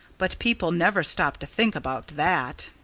but people never stopped to think about that.